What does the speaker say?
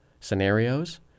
scenarios